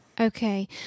Okay